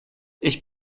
ich